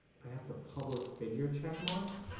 have the public figure checkmark.